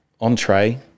entree